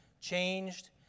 changed